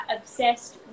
obsessed